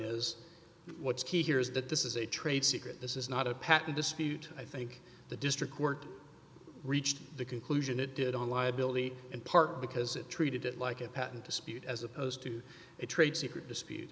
is what's key here is that this is a trade secret this is not a patent dispute i think the district court reached the conclusion it did on liability in part because it treated it like a patent dispute as opposed to a trade secret dispute